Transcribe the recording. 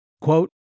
Quote